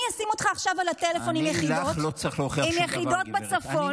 אני אשים אותך עכשיו על הטלפון עם יחידות בצפון,